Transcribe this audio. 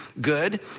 good